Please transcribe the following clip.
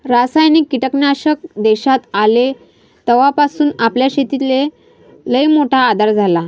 रासायनिक कीटकनाशक देशात आले तवापासून आपल्या शेतीले लईमोठा आधार झाला